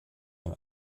man